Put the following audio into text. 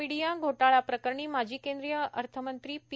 media घोटाळ्या प्रकरणी माजी केंद्रीय अर्थमंत्री पी